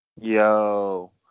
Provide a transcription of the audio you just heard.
Yo